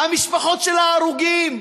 המשפחות של ההרוגים,